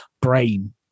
brain